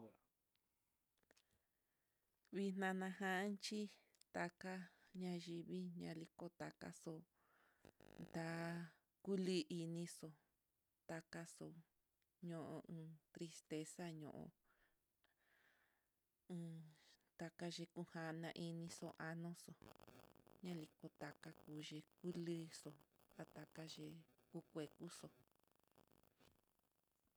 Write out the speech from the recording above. Vixnana janchí, taka ñayivii ñaliko takaxo'o da'a kuli inixo, akaxo'o ño'o tristeza ño'o on takaxhino kana iin nixon anoxo niko taka kuyii kulixo ndataka yii hí kue kuxo'o.